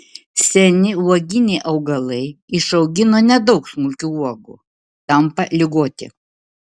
seni uoginiai augalai išaugina nedaug smulkių uogų tampa ligoti